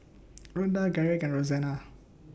Ronda Garrick and Rozanne